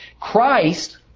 Christ